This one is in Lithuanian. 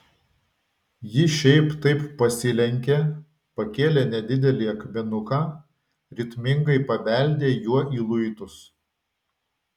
ji šiaip taip pasilenkė pakėlė nedidelį akmenuką ritmingai pabeldė juo į luitus